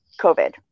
COVID